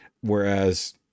Whereas